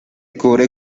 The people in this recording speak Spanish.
cubre